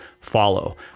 follow